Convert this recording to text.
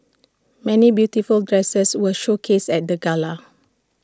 many beautiful dresses were showcased at the gala